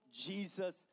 Jesus